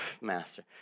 Master